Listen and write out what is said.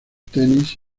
tenis